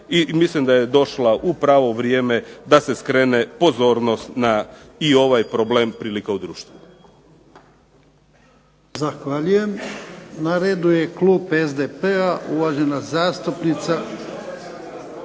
mislim da je došla u pravo vrijeme da se skrene pozornost na i ovaj problem prilika u društvu.